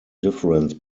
difference